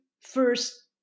first